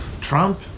Trump